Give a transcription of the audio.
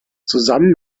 zusammen